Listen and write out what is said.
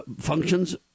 functions